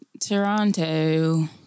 Toronto